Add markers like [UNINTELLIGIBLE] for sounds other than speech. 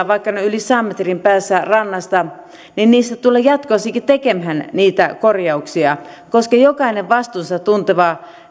[UNINTELLIGIBLE] vaikka ne ovat yli sadan metrin päässä rannasta tullaan jatkossakin tekemään niitä korjauksia koska jokainen vastuunsa tunteva